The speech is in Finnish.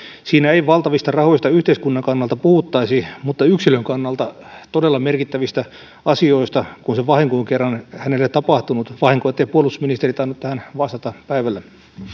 siinä ei valtavista rahoista yhteiskunnan kannalta puhuttaisi mutta yksilön kannalta todella merkittävistä asioista kun se vahinko on kerran hänelle tapahtunut vahinko ettei puolustusministeri tainnut tähän vastata päivällä